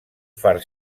far